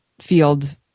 field